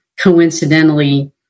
coincidentally